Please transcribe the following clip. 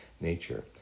nature